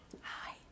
Hi